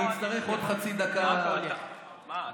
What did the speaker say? לא, אני אצטרך עוד חצי דקה, היושב-ראש.